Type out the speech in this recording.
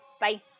Bye